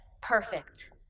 perfect